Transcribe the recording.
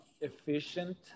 efficient